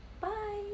bye